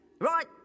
Right